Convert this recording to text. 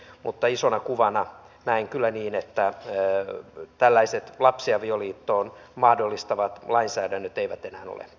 mutta isona kuvana näen kyllä niin että tällaiset lapsiavioliiton mahdollistavat lainsäädännöt eivät enää ole tätä päivää